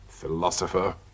Philosopher